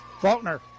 Faulkner